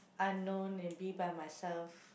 unknown and be by myself